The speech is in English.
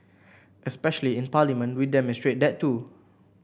especially in Parliament we demonstrate that too